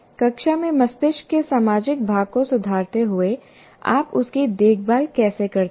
कक्षा में मस्तिष्क के सामाजिक भाग को सुधारते हुए आप उसकी देखभाल कैसे करते हैं